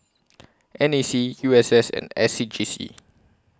N A C U S S and S C G C